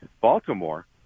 Baltimore